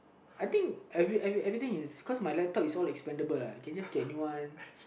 I think everything everything is because my laptop is expendable lah can just get a new one